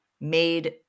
made